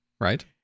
Right